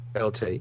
LT